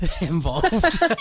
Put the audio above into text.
involved